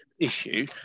issue